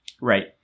Right